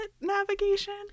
navigation